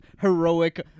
heroic